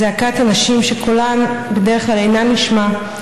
זעקת הנשים שקולן בדרך כלל אינו נשמע,